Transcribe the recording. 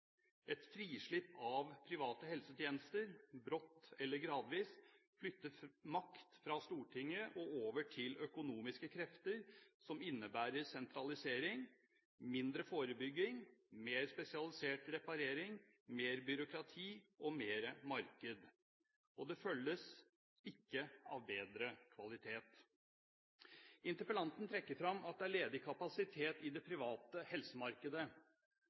Et frislipp av private helsetjenester, brått eller gradvis, flytter makt fra Stortinget og over til økonomiske krefter, som innebærer sentralisering, mindre forebygging, mer spesialisert reparering, mer byråkrati og mer marked. Det følges ikke av bedre kvalitet. Interpellanten trekker fram at det er ledig kapasitet i det private helsemarkedet.